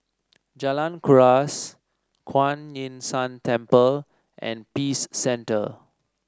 Jalan Kuras Kuan Yin San Temple and Peace Centre